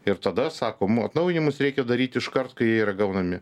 ir tada sakom atnaujinimus reikia daryti iškart kai yra gaunami